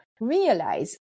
realize